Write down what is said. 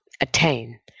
attain